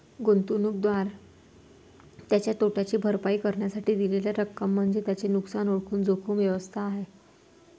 गुंतवणूकदार त्याच्या तोट्याची भरपाई करण्यासाठी दिलेली रक्कम म्हणजे त्याचे नुकसान ओळखून जोखीम व्यवस्थापन आहे